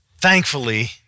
Thankfully